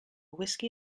whiskey